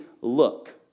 look